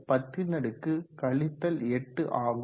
67x10 8 ஆகும்